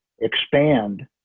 expand